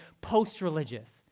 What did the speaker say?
post-religious